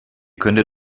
könntet